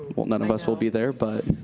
well, none of us will be there, but